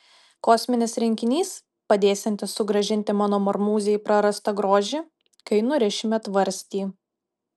kosminis rinkinys padėsiantis sugrąžinti mano marmūzei prarastą grožį kai nurišime tvarstį